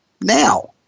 now